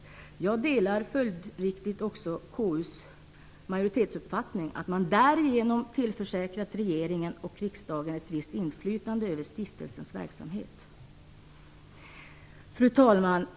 Jag delar följdriktigt KU:s majoritets uppfattning, att man därigenom tillförsäkrat regeringen och riksdagen ett visst inflytande över stiftelsens verksamhet. Fru talman!